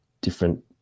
different